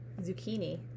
zucchini